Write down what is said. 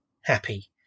happy